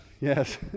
Yes